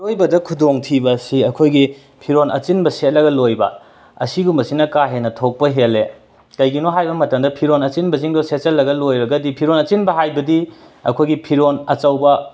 ꯏꯔꯣꯏꯕꯗ ꯈꯨꯗꯣꯡꯊꯤꯕ ꯑꯁꯤ ꯑꯩꯈꯣꯏꯒꯤ ꯐꯤꯔꯣꯜ ꯑꯆꯤꯟꯕ ꯁꯦꯠꯂꯒ ꯂꯣꯏꯕ ꯑꯁꯤꯒꯨꯝꯕꯁꯤꯅ ꯀꯥꯍꯦꯟꯅ ꯊꯣꯛꯄ ꯍꯦꯜꯂꯦ ꯀꯩꯒꯤꯅꯣ ꯍꯥꯏꯕ ꯃꯇꯝꯗ ꯐꯤꯔꯣꯟ ꯑꯆꯤꯟꯕꯖꯤꯡꯗꯣ ꯁꯦꯠꯆꯜꯂꯒ ꯂꯣꯏꯔꯒꯗꯤ ꯐꯤꯔꯣꯟ ꯑꯆꯤꯟꯕ ꯍꯥꯏꯕꯗꯤ ꯑꯈꯣꯏꯒꯤ ꯐꯤꯔꯣꯟ ꯑꯆꯧꯕ